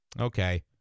Okay